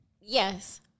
Yes